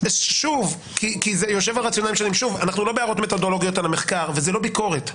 כי אנחנו לא בהערות מתודולוגיות על המחקר וזאת לא ביקורת.